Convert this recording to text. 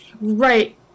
Right